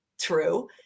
True